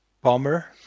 bomber